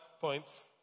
points